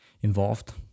involved